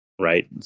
right